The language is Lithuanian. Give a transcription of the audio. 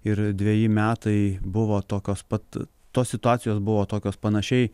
ir dveji metai buvo tokios pat tos situacijos buvo tokios panašiai